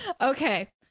Okay